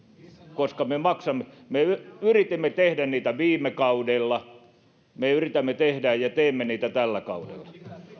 koska me maksamme me yritimme tehdä niitä viime kaudella me yritämme tehdä ja teemme niitä tällä kaudella